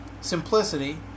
Simplicity